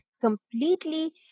completely